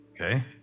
Okay